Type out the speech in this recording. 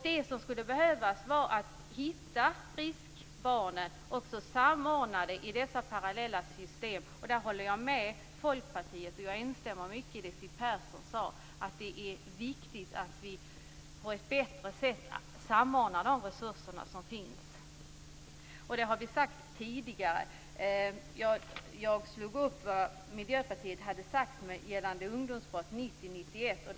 Det som skall göras är att hitta riskbarnet och samordna dessa parallella system. Jag instämmer mycket i det som Siw Persson och Folkpartiet har sagt, nämligen att det är viktigt att samordna de resurser som finns. Jag har slagit upp vad Miljöpartiet sade om ungdomsbrottslighet 1990/91.